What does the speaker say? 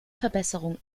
verbesserung